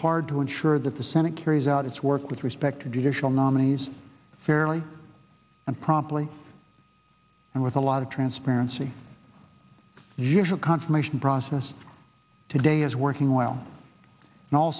hard to ensure that the senate carries out its work with respect to do additional nominees fairly and promptly and with a lot of transparency visual confirmation process today is working well